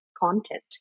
Content